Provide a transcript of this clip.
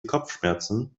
kopfschmerzen